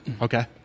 Okay